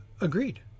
agreed